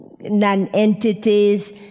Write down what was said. non-entities